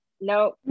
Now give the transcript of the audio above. No